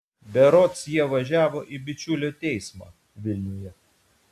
berods jie važiavo į bičiulio teismą vilniuje